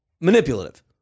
manipulative